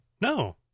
No